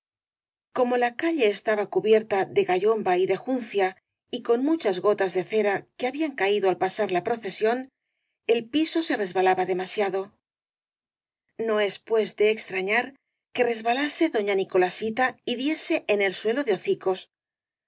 como la calle estaba cubierta de gayomba y de juncia y con muchas gotas de cera que habían caído al pasar la procesión el piso se resbalaba demasiado no es pues de extrañar que resbalase dona nicolasita y diese en el suelo de hocicos